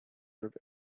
that